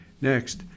Next